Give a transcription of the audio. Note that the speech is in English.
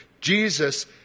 Jesus